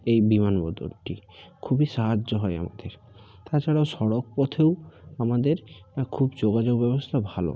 এই বিমানবন্দরটি খুবই সাহায্য হয় আমাদের তাছাড়াও সড়ক পথেও আমাদের না খুব যোগাযোগ ব্যবস্থা ভালো